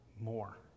more